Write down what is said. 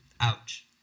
ouch